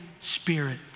Spirit